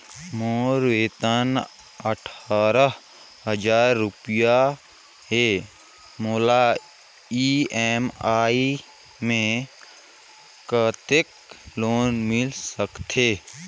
मोर वेतन अट्ठारह हजार रुपिया हे मोला ई.एम.आई मे कतेक लोन मिल सकथे?